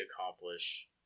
accomplish